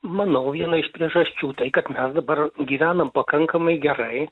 manau viena iš priežasčių tai kad mes dabar gyvenam pakankamai gerai